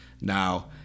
Now